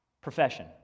profession